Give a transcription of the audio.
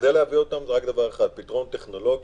כדי להביא אותם צריך פתרון טכנולוגי,